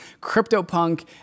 CryptoPunk